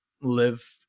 live